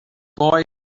boy